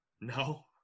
No